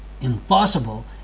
impossible